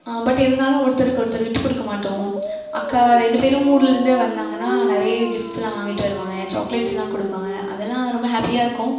but இருந்தாலும் ஒருத்தருக்கொருத்தர் விட்டு கொடுக்க மாட்டோம் அக்கா ரெண்டு பேரும் ஊர்லேருந்து வந்தாங்கன்னா நிறைய கிஃப்ட்ஸ்லாம் வாங்கிகிட்டு வருவாங்க சாக்லேட்ஸ் எல்லாம் கொடுப்பாங்க அதெல்லாம் ரொம்ப ஹாப்பியாக இருக்கும்